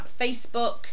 facebook